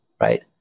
right